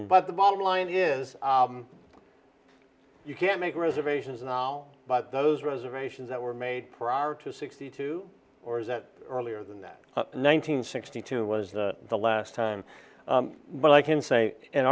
but the bottom line is you can't make reservations now by those reservations that were made prior to sixty two or is that earlier than that one hundred sixty two was the last time but i can say in